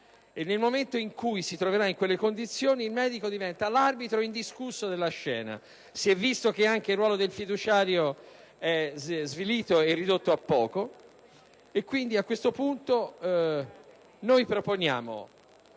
nel momento in cui si troverà in quelle condizioni, il medico diventa l'arbitro indiscusso della scena. Si è visto che anche il ruolo del fiduciario è svilito e ridotto a poco; quindi, a questo punto, proponiamo,